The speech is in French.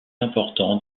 important